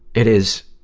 it is,